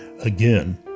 Again